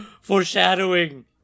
Foreshadowing